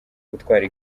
gutwara